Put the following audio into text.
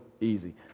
easy